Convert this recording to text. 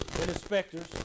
inspectors